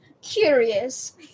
curious